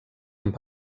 amb